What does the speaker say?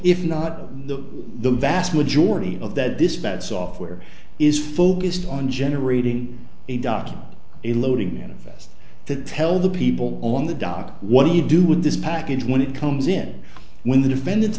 if not the vast majority of that this bad software is focused on generating a dock on a loading manifest that tell the people on the dock what do you do with this package when it comes in when the defendant